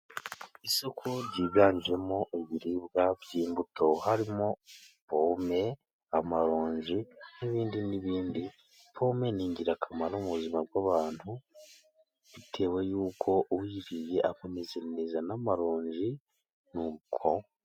Isoko ryiganjemo ibiribwa by'imbuto harimo: pome, amaronji n'ibindi n'ibindi. Pome ni ingirakamaro mu buzima bw'abantu bitewe n'uko uyiriye akomeza n'amaronji nuko,...